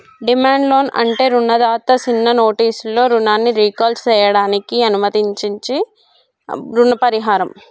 demand loan అంటే రుణదాత సిన్న నోటీసులో రుణాన్ని రీకాల్ సేయడానికి అనుమతించించీ రుణ పరిహారం